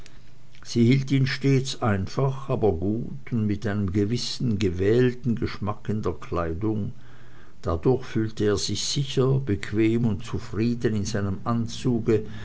sie hielt ihn stets einfach aber gut und mit einem gewissen gewählten geschmack in der kleidung dadurch fühlte er sich sicher bequem und zufrieden in seinem anzuge